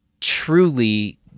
truly